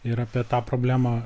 ir apie tą problemą